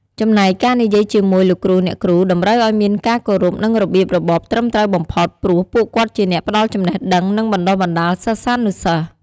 ចំណែកការនិយាយជាមួយ លោកគ្រូ អ្នកគ្រូ តម្រូវឱ្យមានការគោរព និងរបៀបរបបត្រឹមត្រូវបំផុត ព្រោះពួកគាត់ជាអ្នកផ្ដល់ចំណេះដឹង និងបណ្ដុះបណ្ដាលសិស្សានុសិស្ស។